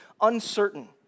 uncertain